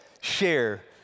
share